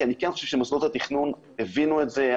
אני כן חושב שמוסדות התכנון הבינו את זה.